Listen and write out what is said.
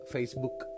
Facebook